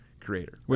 creator